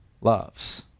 loves